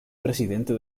presidente